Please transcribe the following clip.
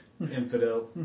Infidel